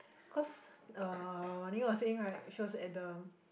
cause uh Wan-Ning was saying right she was at the